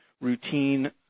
routine